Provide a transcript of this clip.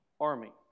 army